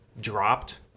dropped